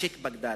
צ'יק, בגדד.